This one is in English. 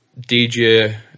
DJ